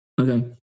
Okay